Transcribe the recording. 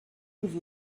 nous